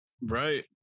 Right